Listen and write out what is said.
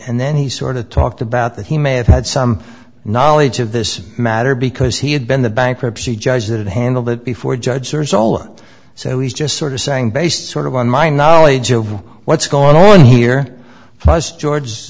and then he sort of talked about that he may have had some knowledge of this matter because he had been the bankruptcy judge that handled it before judge serves olan so he's just sort of saying based sort of on my knowledge over what's going on here plus george